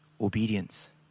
Obedience